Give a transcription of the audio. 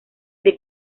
the